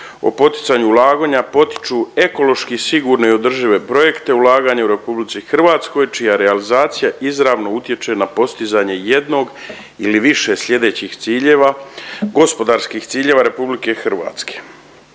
o poticanju ulaganja potiču ekološki sigurne i održive projekte, ulaganje u RH, čija realizacija izravno utječe na postizanje jednog ili više sljedećih ciljeva, gospodarskih ciljeva RH. Rast